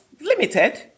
limited